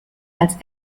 als